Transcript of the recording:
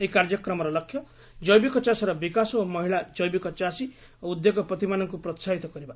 ଏହି କାର୍ଯ୍ୟକ୍ରମର ଲକ୍ଷ୍ୟ କ୍ଜେବିକ ଚାଷର ବିକାଶ ଓ ମହିଳା ଜୈବିକ ଚାଷୀ ଓ ଉଦ୍ୟୋଗପତିମାନଙ୍କୁ ପ୍ରୋହାହିତ କରିବା